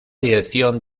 dirección